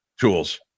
tools